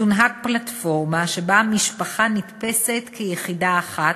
תונהג פלטפורמה שבה המשפחה נתפסת כיחידה אחת,